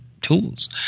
tools